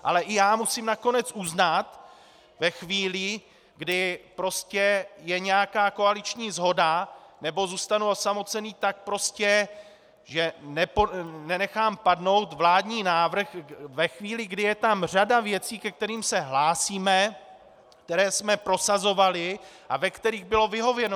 Ale i já musím nakonec uznat ve chvílích, kdy prostě je nějaká koaliční shoda nebo zůstanu osamocen, tak že nenechám padnout vládní návrh ve chvíli, kdy je tam řada věcí, ke kterým se hlásíme, které jsme prosazovali a ve kterých bylo vyhověno.